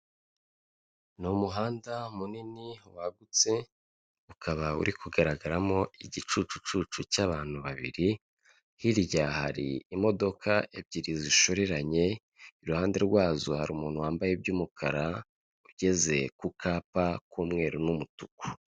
Ni umuhanda munini wagutse ukaba uri kugaragaramo igicucucucu cy'abantu babiri, hirya hari imodoka ebyiri zishoreranye iruhande rwazo hari umuntu wambaye iby'umukara ugeze ku kapa k'umweru n'umutuku.